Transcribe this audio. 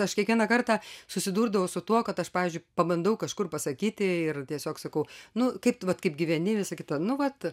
aš kiekvieną kartą susidurdavau su tuo kad aš pavyzdžiui pabandau kažkur pasakyti ir tiesiog sakau nu kaip vat kaip gyveni visa kita nu vat